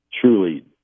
truly